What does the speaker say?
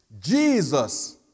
Jesus